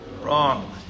wrong